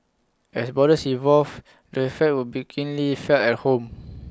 as borders evolve the effects would be keenly felt at home